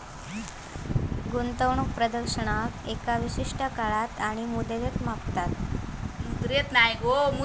गुंतवणूक प्रदर्शनाक एका विशिष्ट काळात आणि मुद्रेत मापतत